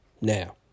Now